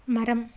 மரம்